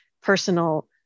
personal